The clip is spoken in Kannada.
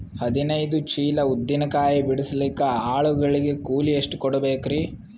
ಹದಿನೈದು ಚೀಲ ಉದ್ದಿನ ಕಾಯಿ ಬಿಡಸಲಿಕ ಆಳು ಗಳಿಗೆ ಕೂಲಿ ಎಷ್ಟು ಕೂಡಬೆಕರೀ?